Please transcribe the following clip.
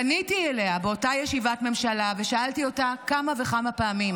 פניתי אליה באותה ישיבת ממשלה ושאלתי אותה כמה וכמה פעמים: